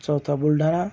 चौथा बुलढाणा